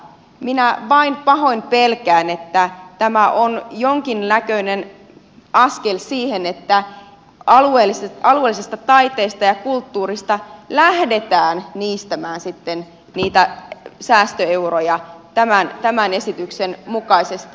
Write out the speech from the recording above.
minä vain pahoin pelkään että tämä on jonkinnäköinen askel siihen että alueellisesta taiteesta ja kulttuurista lähdetään niistämään sitten niitä säästöeuroja tämän esityksen mukaisesti